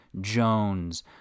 jones